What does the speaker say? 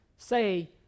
say